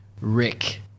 Rick